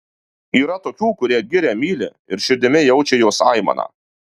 yra tokių kurie girią myli ir širdimi jaučia jos aimaną